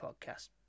podcast